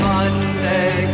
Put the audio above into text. Monday